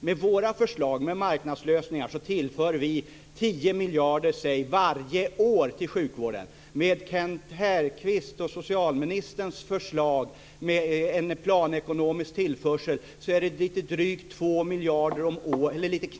Med våra förslag och marknadslösningar tillför vi 10 miljarder varje år till sjukvården. Med Kent Härqvists och socialministerns förslag, med en planekonomisk tillförsel, blir det knappt 2 miljarder årligen i tre år.